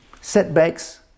setbacks